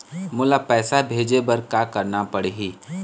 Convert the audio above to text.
मोला पैसा भेजे बर का करना पड़ही?